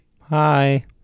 Hi